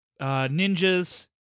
Ninjas